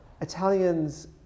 Italians